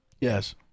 Yes